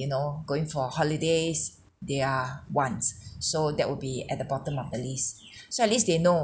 you know going for holidays they are wants so that would be at the bottom of the list so at least they know